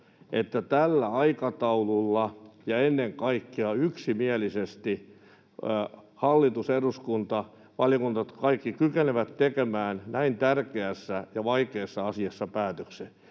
että tällä aikataululla ja ennen kaikkea yksimielisesti hallitus ja eduskunta, valiokunnat, kaikki, kykenevät tekemään näin tärkeässä ja vaikeassa asiassa päätöksen.